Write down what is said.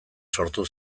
sortu